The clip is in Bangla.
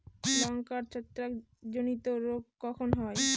লঙ্কায় ছত্রাক জনিত রোগ কখন হয়?